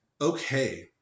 Okay